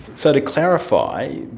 so to clarify,